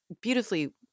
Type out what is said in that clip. beautifully